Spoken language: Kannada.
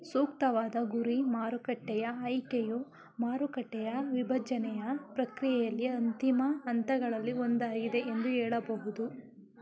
ಸೂಕ್ತವಾದ ಗುರಿ ಮಾರುಕಟ್ಟೆಯ ಆಯ್ಕೆಯು ಮಾರುಕಟ್ಟೆಯ ವಿಭಜ್ನೆಯ ಪ್ರಕ್ರಿಯೆಯಲ್ಲಿ ಅಂತಿಮ ಹಂತಗಳಲ್ಲಿ ಒಂದಾಗಿದೆ ಎಂದು ಹೇಳಬಹುದು